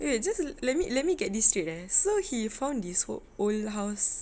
wait wait just let me let me get this straight eh so he found this old house